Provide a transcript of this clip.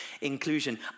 inclusion